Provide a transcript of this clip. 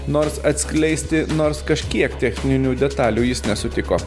nors atskleisti nors kažkiek techninių detalių jis nesutiko